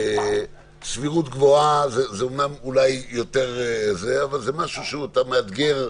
סבירות גבוהה זה אמנם אולי יותר אבל זה משהו מאתגר.